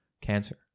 cancer